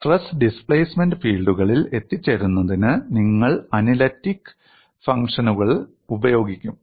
stress displacement ഫീൽഡുകളിൽ എത്തിച്ചേരുന്നതിന് നിങ്ങൾ അനലിറ്റിക് ഫംഗ്ഷനുകൾ ഉപയോഗിക്കും